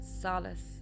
solace